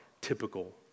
typical